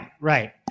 right